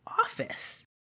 Office